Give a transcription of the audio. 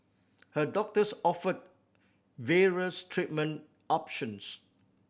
her doctors offered various treatment options